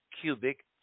cubic